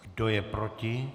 Kdo je proti?